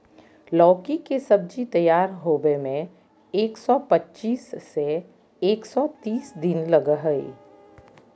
लौकी के सब्जी तैयार होबे में एक सौ पचीस से एक सौ तीस दिन लगा हइ